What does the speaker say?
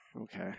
Okay